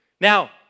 Now